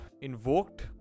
invoked